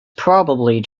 probably